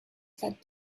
said